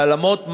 העלמות מס,